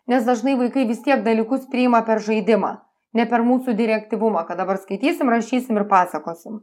nes dažnai vaikai vis tiek dalykus priima per žaidimą ne per mūsų direktyvumą kad dabar skaitysim rašysim ir pasakosim